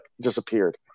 disappeared